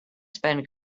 spend